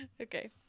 okay